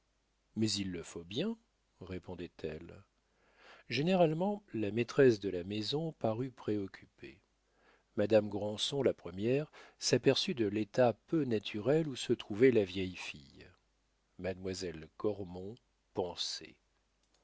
mais il le faut bien répondait-elle généralement la maîtresse de la maison parut préoccupée madame granson la première s'aperçut de l'état peu naturel où se trouvait la vieille fille mademoiselle cormon pensait